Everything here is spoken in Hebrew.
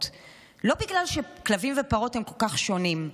לא בגלל שכלבים ופרות הם כל כך שונים,